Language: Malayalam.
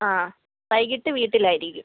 ആ വൈകിട്ട് വീട്ടിലായിരിക്കും